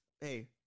hey